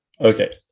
Okay